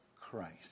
Christ